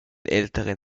älteren